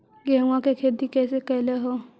गेहूआ के खेती कैसे कैलहो हे?